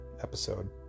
episode